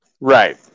Right